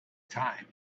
time